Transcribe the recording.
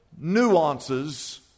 nuances